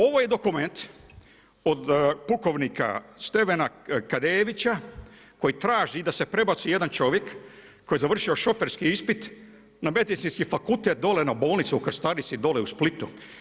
Ovo je dokument od pukovnika Stevena Kadejevića koji traži da se prebaci jedan čovjek koji je završio šoferski ispit na Medicinski fakultet dole na bolnici u Krstarici, dole u Splitu.